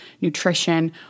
nutrition